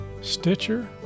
Stitcher